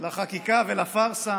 לחקיקה ולפארסה